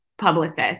publicist